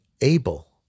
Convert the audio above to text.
Abel